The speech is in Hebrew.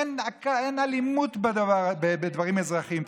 אין אלימות בדברים אזרחיים.